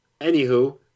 Anywho